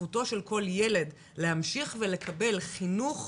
זכותו של כל ילד להמשיך ולקבל חינוך